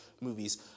movies